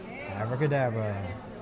Abracadabra